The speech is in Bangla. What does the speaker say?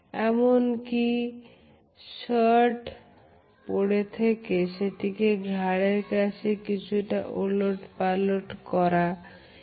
এমনকি যে শার্ট পড়ে থাকে সেটিও ঘাড়ের কাছে কিছুটা ওলট পালট হয়ে যায়